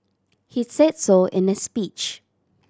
he said so in his speech